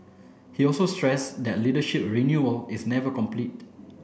he also stressed that leadership renewal is never complete